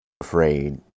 afraid